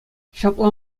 ҫапла